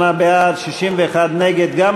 58 בעד, 61 נגד.